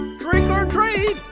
trick or treat